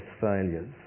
failures